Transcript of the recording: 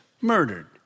murdered